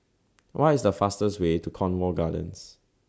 What IS The fastest Way to Cornwall Gardens